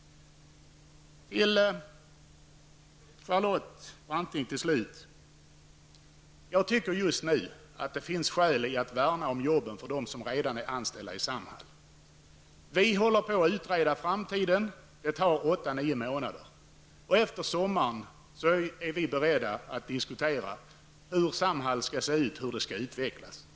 Slutligen till Charlotte Branting: Jag tycker just nu att det finns skäl att värna om dem som redan är anställda i Samhall. Vi håller på att utreda hur det blir i framtiden. Det tar åtta nio månader. Efter sommaren är vi beredda att diskutera hur Samhall skall se ut och utvecklas.